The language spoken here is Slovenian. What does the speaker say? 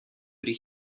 pri